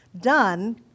done